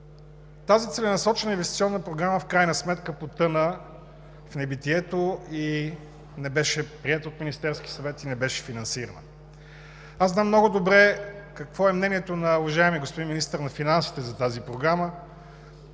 Тази целенасочена инвестиционна програма в крайна сметка потъна в небитието, не беше приета от Министерския съвет и не беше финансирана. Аз знам много добре какво е мнението на уважаемия господин министър на финансите за тази програма